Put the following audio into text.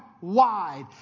wide